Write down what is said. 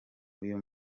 uyu